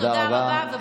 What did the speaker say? תודה רבה ובוקר טוב.